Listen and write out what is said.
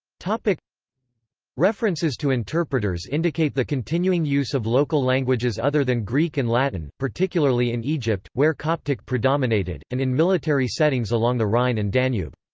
references to interpreters indicate the continuing use of local languages other than greek and latin, particularly in egypt, where coptic predominated, and in military settings along the rhine and danube.